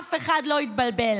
ושאף אחד לא יתבלבל,